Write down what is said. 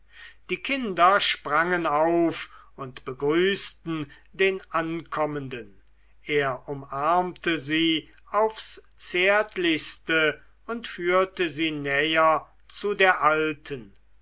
die kinder sprangen auf und begrüßten den ankommenden er umarmte sie aufs zärtlichste und führte sie näher zu der alten